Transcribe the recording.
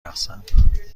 رقصم